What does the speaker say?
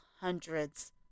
hundreds